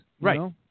Right